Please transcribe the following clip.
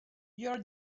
your